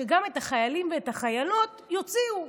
שגם את החיילים ואת החיילות יוציאו.